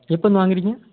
எப்போங்க வாங்குறீங்க